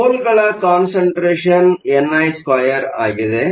ಹೋಲ್ಗಳ concentration ni2 ಆಗಿದೆ